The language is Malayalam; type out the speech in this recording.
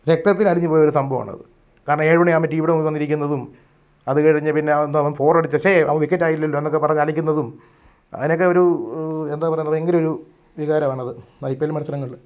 രക്തത്തിലലിഞ്ഞുപോയൊരു സംഭവാണത് കാരണം ഏഴു മണിയാവുമ്പോൾ ടി വിയുടെ മുമ്പിൽ വന്നിരിക്കുന്നതും അത് കഴിഞ്ഞ് പിന്നെ അതെന്താ അവൻ ഫോർ അടിച്ചേ ഛേ അവൻ വിക്കറ്റായില്ലല്ലോ എന്നൊക്കെ പറഞ്ഞ് അലയ്ക്കുന്നതും അതിനൊക്കെ ഒരു എന്താ പറയുക ഭയങ്കര ഒരു വികാരമാണത് ഐ പി എൽ മത്സരങ്ങളിൽ